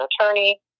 attorney